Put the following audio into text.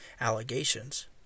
allegations